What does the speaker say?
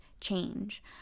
change